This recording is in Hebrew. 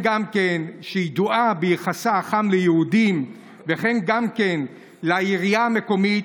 שידועה ביחסה החם ליהודים, וכן לעירייה המקומית: